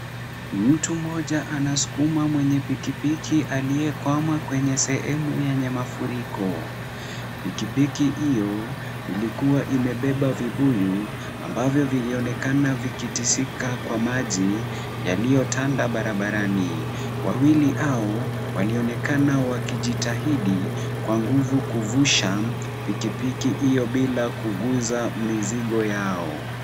Mtu mmoja anasukuma mwenye pikipiki aliyekwama kwenye sehemu yenge mafuriko. Pikipiki hiyo ilikuwa imebeba vibuyu ambavyo vilionekana vikitisika kwa maji yaliyo tanda barabarani. Wawili hao walionekana wakijitahidi kwa nguvu kuvusha pikipiki hiyo bila kuguza mizigo yao.